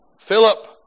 Philip